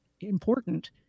important